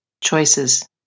choices